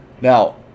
now